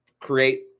create